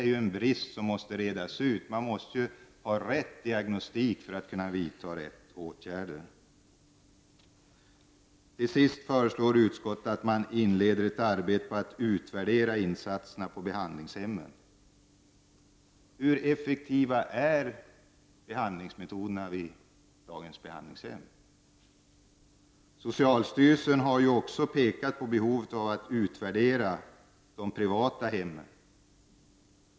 En sådan här brist kräver en utredning. Man måste ju ha den rätta diagnostiken för att kunna vidta riktiga åtgärder. Utskottet föreslår att ett arbete inleds som syftar till en utvärdering av insatserna på behandlingshemmen. Hur effektiva är behandlingsmetoderna på de behandlingshem som finns i dag? Socialstyrelsen har också pekat på behovet av en utvärdering av de privata hemmen.